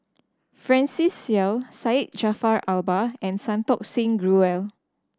Francis Seow Syed Jaafar Albar and Santokh Singh Grewal